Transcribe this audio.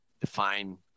define